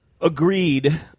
agreed